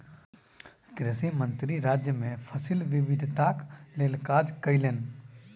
कृषि मंत्री राज्य मे फसिल विविधताक लेल काज कयलैन